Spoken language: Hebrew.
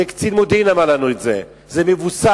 קצין מודיעין אמר לנו את זה, זה מבוסס.